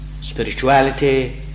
spirituality